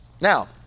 Now